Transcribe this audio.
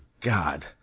God